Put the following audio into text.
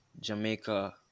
jamaica